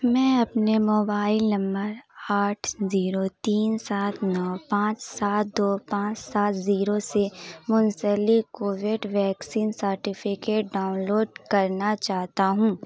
میں اپنے mobile number آٹھ زیرو تین سات نو پانچ سات دو پانچ سات زیرو سے منسلک Covid vaccine certificate download کرنا چاہتا ہوں